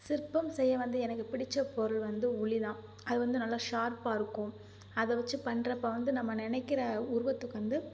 சிற்பம் செய்ய வந்து எனக்குப் பிடித்த பொருள் வந்து உளிதான் அதுவந்து நல்லா ஷார்ப்பாக இருக்கும் அதை வைச்சு பண்ணுறப்ப வந்து நம்ம நினைக்கிற உருவத்துக்கு வந்து